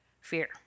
Fear